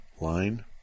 line